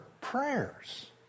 prayers